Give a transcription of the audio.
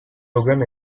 program